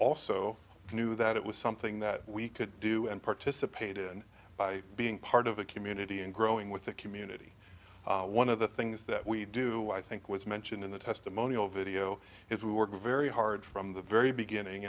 also knew that it was something that we could do and participated in by being part of the community and growing with the community one of the things that we do i think was mentioned in the testimonial video is we work very hard from the very beginning